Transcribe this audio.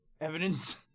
evidence